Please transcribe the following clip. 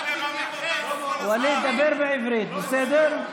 ווליד, דבר בעברית, בסדר?